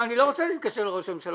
אני לא רוצה להתקשר לראש הממשלה,